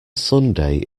sunday